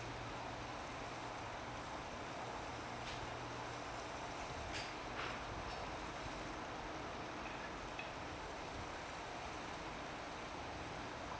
mm